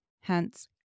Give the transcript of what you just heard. hence